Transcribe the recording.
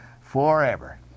forever